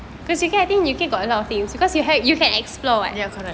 ya correct